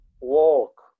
walk